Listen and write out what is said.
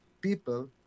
people